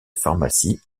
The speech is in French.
pharmacie